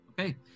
Okay